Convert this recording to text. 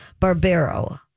Barbero